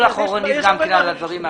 אחורנית גם על הדברים האחרים.